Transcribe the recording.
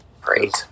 Great